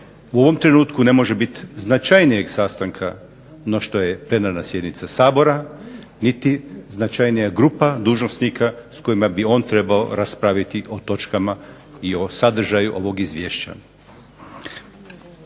u ovom trenutku ne može biti značajnijeg sastanka no što je plenarna sjednica Sabora, niti značajnija grupa dužnosnika s kojima bi on trebao raspraviti o točkama i o sadržaju ovog izvješća.